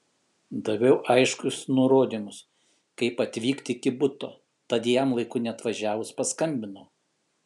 daviau aiškius nurodymus kaip atvykti iki buto tad jam laiku neatvažiavus paskambinau